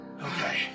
Okay